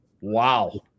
Wow